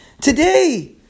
Today